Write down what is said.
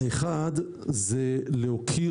זה לא רק נחלת הסדיר.